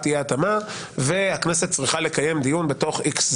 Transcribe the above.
אי ההתאמה והכנסת צריכה לקיים דיון בתוך איקס זמן.